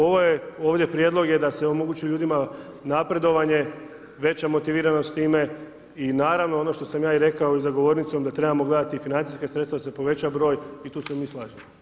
Ovdje je prijedlog da se omogući ljudima napredovanje, veća motiviranost time i naravno ono što sam i ja rekao za govornicom da trebamo gledati financijska sredstva da se poveća broj, i tu se mi slažemo.